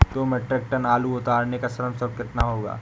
दो metric tonne आलू उतारने का श्रम शुल्क कितना होगा?